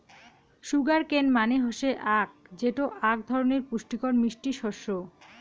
sugar cane মানে হসে আখ যেটো আক ধরণের পুষ্টিকর মিষ্টি শস্য